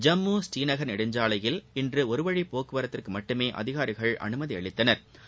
ஜம்மு ஸ்ரீநகள் நெடுஞ்சாலையில் இன்று ஒருவழி போக்குவரத்திற்கு மட்டுமே அதிகாரிகள் அனுமதி அளித்தனா்